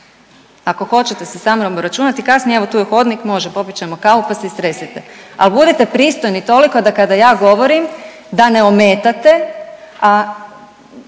ako hoćete se sa mnom obračunati kasnije, evo tu je hodnik, može, popit ćemo kavu, pa se istresite, al budite pristojni toliko da kada ja govorim da ne ometate, a